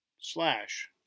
Slash